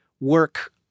work